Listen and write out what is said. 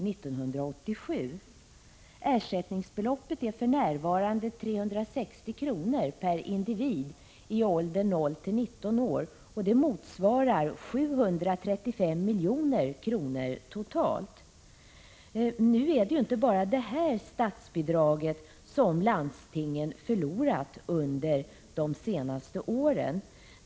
Nu är det inte bara detta statsbidrag som landstingen har förlorat under de senaste åren.